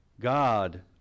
God